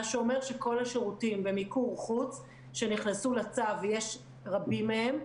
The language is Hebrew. מה שאומר שכל השירותים במיקור חוץ שנכנסו לצו ויש רבים מהם,